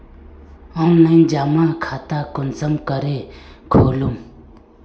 Online जमा खाता कुंसम करे खोलूम?